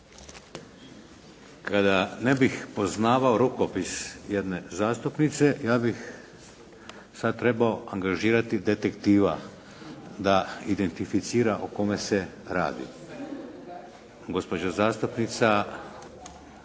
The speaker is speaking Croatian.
Kada ne bih poznavao rukopis jedne zastupnice, ja bih sad trebao angažirati detektiva da identificira o kome se radi. Gospođa zastupnica